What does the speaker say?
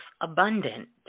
abundant